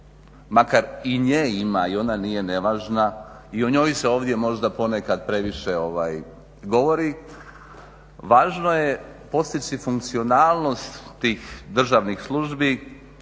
makar i nje ima i ona nije nevažna i o njoj se ovdje možda ponekad previše govori, važno postići funkcionalnost tih državnih službi